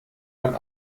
man